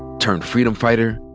turned freedom fighter,